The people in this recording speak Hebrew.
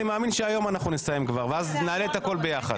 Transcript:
אני מאמין שכבר היום נסיים ואז נעלה את הכול ביחד.